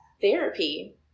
therapy